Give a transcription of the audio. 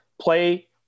play